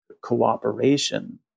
cooperation